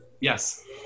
yes